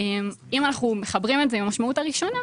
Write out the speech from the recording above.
אם אנחנו מחברים את זה עם המשמעות הראשונה,